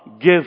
give